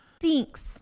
Thanks